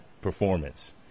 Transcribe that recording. performance